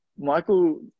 Michael